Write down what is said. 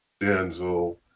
denzel